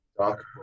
doc